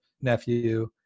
nephew